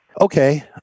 Okay